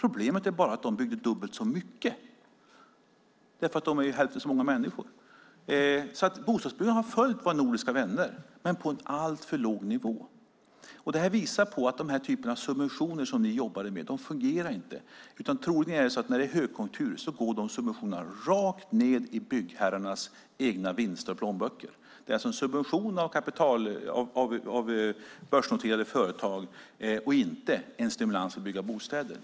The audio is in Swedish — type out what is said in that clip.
Problemet är bara att de byggde dubbelt så mycket därför att de har hälften så många människor. Bostadsbyggandet hos oss har alltså följt bostadsbyggandet hos våra nordiska vänner, men på en alltför låg nivå. Detta visar att den typ av subventioner som ni jobbade med inte fungerar. Troligen är det så att när det är högkonjunktur går dessa subventioner rakt in i byggherrarnas egna vinster och rakt ned i deras plånböcker. Det är alltså en subvention av börsnoterade företag och inte en stimulans för att bygga bostäder.